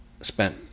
spent